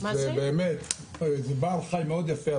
זה בעל חיים מאוד יפה,